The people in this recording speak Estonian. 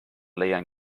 leian